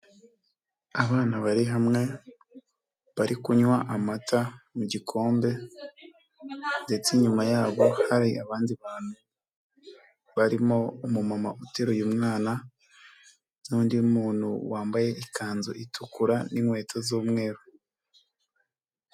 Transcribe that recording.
Abana bari hamwe bari kunywa amata mu gikombe ndetse inyuma yabo hari abandi bantu barimo umuma uteruye mwana n'undi muntu wambaye ikanzu itukura n'inkweto z'umweru.